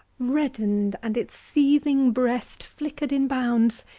reddened, and its seething breast flickered in bounds,